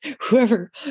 Whoever